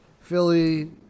Philly